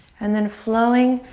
and then flowing,